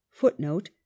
footnote